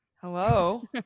Hello